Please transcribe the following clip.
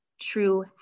true